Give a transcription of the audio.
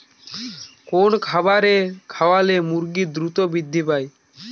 কোন খাবার খাওয়ালে মুরগি দ্রুত বৃদ্ধি পায়?